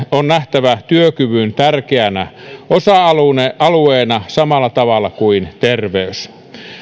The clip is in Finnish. on nähtävä työkyvyn tärkeänä osa alueena samalla tavalla kuin terveys